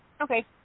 Okay